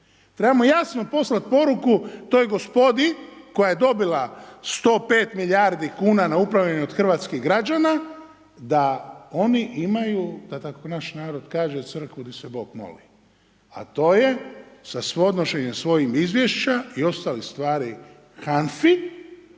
Trebamo jasno poslati poruku toj gospodi koja je dobila 105 milijardi kuna na upravljanje od hrvatskih građana, da oni imaju, da tako naš narod kaže crkvu di se bog moli. A to je sa podnošenjem svojih izvješća i ostalih stvari HANFA-i,